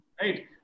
Right